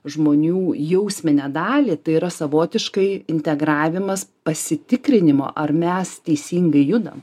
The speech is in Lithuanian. žmonių jausminę dalį tai yra savotiškai integravimas pasitikrinimo ar mes teisingai judam